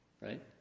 Right